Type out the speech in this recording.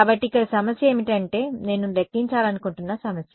కాబట్టి ఇక్కడ సమస్య ఏమిటంటే నేను లెక్కించాలనుకుంటున్న సమస్య